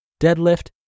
deadlift